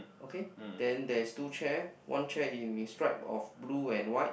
okay then there is two chair one chair in stripe of blue and white